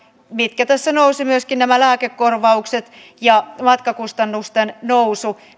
mitkä tässä nousivat esiin myöskin nämä lääkekorvaukset ja matkakustannusten nousu